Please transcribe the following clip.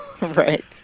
Right